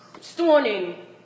stoning